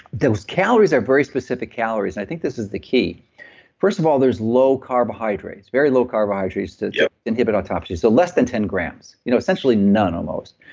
those calories are very specific calories, and i think this is the key first of all, there's low carbohydrates, very low carbohydrates to inhibit autophagy. so less than ten grams, essentially none almost.